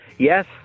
Yes